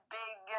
big